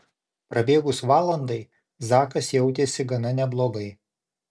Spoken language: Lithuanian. prabėgus valandai zakas jautėsi gana neblogai